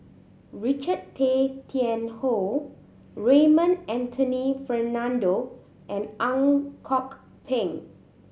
Richard Tay Tian Hoe Raymond Anthony Fernando and Ang Kok Peng